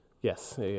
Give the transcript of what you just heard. Yes